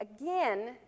Again